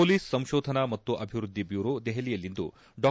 police ಸಂಶೋಧನಾ ಮತ್ತು ಅಭಿವೃದ್ಧಿ ಬ್ಯುರೋ ದೆಹಲಿಯಲ್ಲಿಂದು ಡಾ